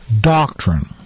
doctrine